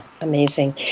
Amazing